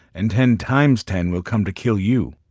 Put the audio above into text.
and ten times ten will come to kill you.